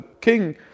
king